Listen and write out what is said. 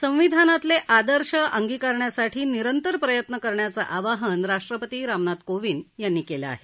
संविधानातले आदर्श अंगिकारण्यासाठी निरंतर प्रयत्न करण्याचं आवाहन राष्ट्रपती रामनाथ कोविंद यांनी केलं आहे